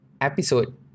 episode